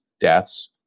deaths